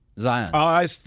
Zion